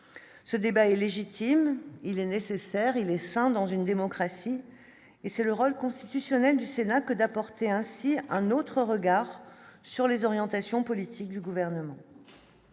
ce débat est légitime, il est nécessaire, il est sain dans une démocratie et c'est le rôle constitutionnel du Sénat que d'apporter ainsi un autre regard sur les orientations politiques du gouvernement.